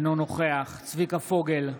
אינו נוכח צביקה פוגל,